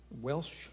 welsh